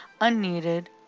unneeded